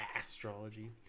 astrology